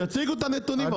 שיציגו את הנתונים.